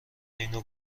اینو